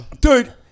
dude